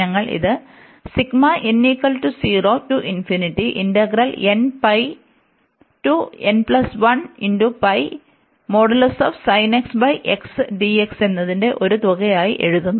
ഞങ്ങൾ ഇത് എന്നതിന്റെ ഒരു തുകയായി എഴുതുന്നു